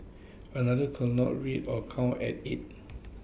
another could not read or count at eight